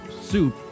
soup